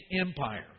empire